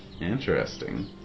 Interesting